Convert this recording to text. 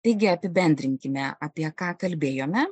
taigi apibendrinkime apie ką kalbėjome